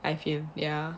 I feel ya